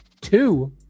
two